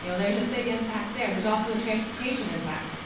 you know, there is a big impact there. there is also the transportation impact.